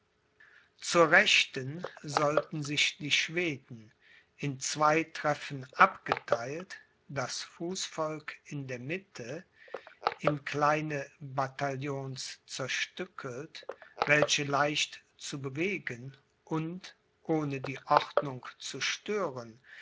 zur rechten sollten sich die schweden in zwei treffen abgetheilt das fußvolk in der mitte in kleine bataillons zerstückelt welche leicht zu bewegen und ohne die ordnung zu stören